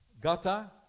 gata